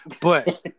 but-